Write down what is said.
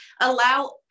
allow